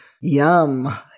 yum